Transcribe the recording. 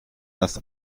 erst